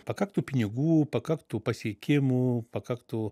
pakaktų pinigų pakaktų pasiekimų pakaktų